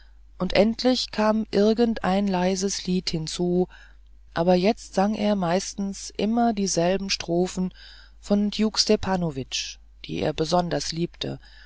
und endlich kam irgend ein leises lied hinzu aber jetzt sang er meistens immer dieselben strophen von djuk stepanowitsch die er besonders liebte